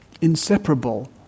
inseparable